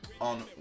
on